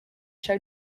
show